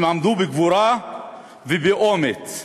הם עמדו בגבורה ובאומץ ובנחישות,